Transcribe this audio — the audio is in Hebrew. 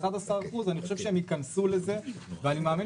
11 אחוז אני חושב שהם יכנסו לזה ואני מאמין